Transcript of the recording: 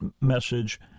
message